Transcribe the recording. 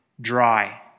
dry